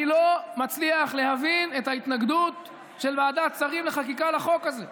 אני לא מצליח להבין את ההתנגדות של ועדת שרים לחקיקה לחוק הזה.